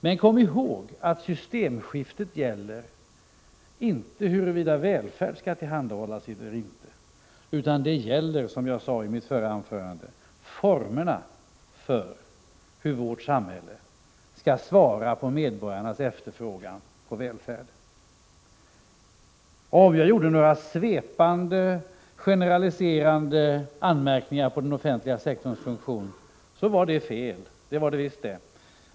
Men kom ihåg att systemskiftet inte gäller huruvida välfärd skall tillhandahållas eller inte; det gäller, som jag sade i mitt förra anförande, formerna för hur vårt samhälle skall svara på medborgarnas efterfrågan på välfärd. Om jag gjorde några svepande, generaliserande anmärkningar mot den offentliga sektorns funktion var det fel — det var det visst det.